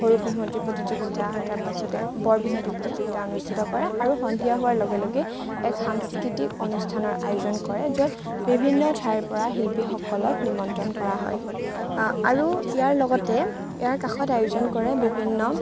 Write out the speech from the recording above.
সৰু বিহুৱতী প্ৰতিযোগিতা তাৰপাছতে বৰ বিহুৱতী প্ৰতিযোগিতা অনুষ্ঠিত কৰে আৰু সন্ধিয়া হোৱাৰ লগে লগে এক সাংস্কৃতিক অনুষ্ঠানৰ আয়োজন কৰে য'ত বিভিন্ন ঠাইৰ পৰা শিল্পীসকলক নিমন্ত্ৰণ কৰা হয় আৰু ইয়াৰ লগতে ইয়াৰ কাষত আয়োজন কৰে বিভিন্ন